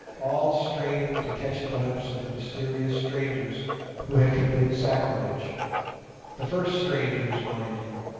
all straining to catch a glimpse of the mysterious strangers who had committed sacrilege the first strangers, mind you,